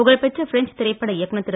புகழ்பெற்ற பிரெஞ்ச் திரைப்பட இயக்குனர் திரு